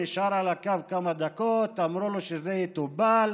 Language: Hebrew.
נשאר על הקו כמה דקות, אמרו לו שזה יטופל.